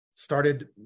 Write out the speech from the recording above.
started